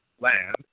land